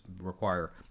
require